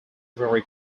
very